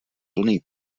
plný